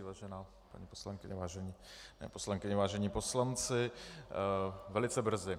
Vážená paní poslankyně, vážené poslankyně, vážení poslanci, velice brzy.